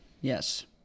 yes